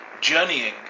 journeying